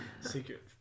Secret